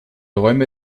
räume